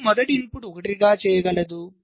E మొదటి ఇన్పుట్ను 1 గా చేయగలదు